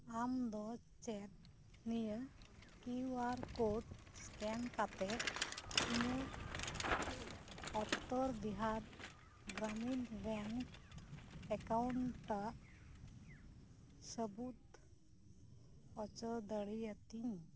ᱫᱚ ᱪᱮᱫ ᱱᱤᱭᱟᱹ ᱠᱤᱭᱩ ᱟᱨ ᱠᱳᱰ ᱥᱠᱮᱱ ᱠᱟᱛᱮᱫ ᱤᱧᱟᱹᱜ ᱩᱛᱛᱚᱨ ᱵᱤᱦᱟᱨ ᱜᱨᱟᱢᱤᱱ ᱵᱮᱝᱠ ᱮᱠᱟᱣᱩᱱᱴ ᱴᱟᱜ ᱥᱟᱹᱵᱩᱫ ᱚᱪᱚ ᱫᱟᱲᱮᱭ ᱟᱛᱤᱧ